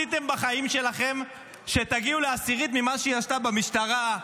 מה עשיתם בחיים שלכם שתגיעו לעשירית ממה שהיא עשתה במשטרה,